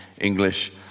English